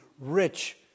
rich